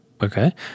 Okay